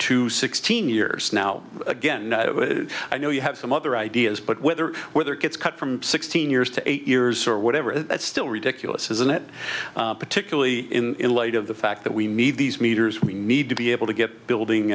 to sixteen years now again i know you have some other ideas but whether weather gets cut from sixteen years to eight years or whatever that's still ridiculous isn't it particularly in light of the fact that we need these meters we need to be able to get building